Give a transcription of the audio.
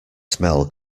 smell